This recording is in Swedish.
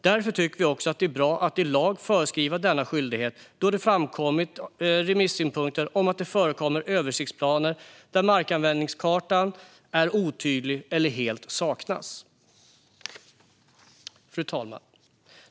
Därför tycker vi också att det är bra att i lag föreskriva denna skyldighet då det framkommit remissynpunkter om att det förekommer översiktsplaner där markanvändningskartan är otydlig eller helt saknas. Fru talman!